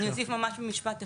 אני אוסיף ממש במשפט אחד.